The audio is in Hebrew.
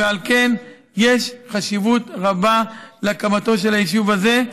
ועל כן יש חשיבות רבה להקמתו של היישוב הזה,